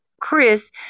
Chris